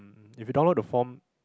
if you download the form